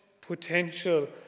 potential